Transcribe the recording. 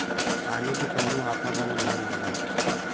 पानी के कउनो आपन रंग नाही होला